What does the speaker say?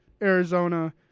Arizona